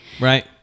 Right